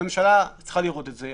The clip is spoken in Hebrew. הממשלה צריכה לראות את זה.